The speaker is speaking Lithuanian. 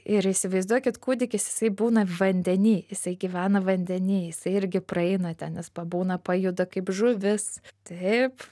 ir įsivaizduokit kūdikis jisai būna vandeny jisai gyvena vandeny jisai irgi praeina ten jis pabūna pajuda kaip žuvis taip